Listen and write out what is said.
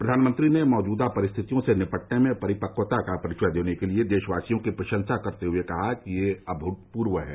प्रधानमंत्री ने मौजूदा परिस्थिति से निपटने में परिपक्वता का परिचय देने के लिए देशवासियों की प्रशंसा करते हए कहा कि यह अभूतपूर्व है